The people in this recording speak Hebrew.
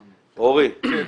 אוֹרי,